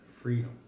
freedom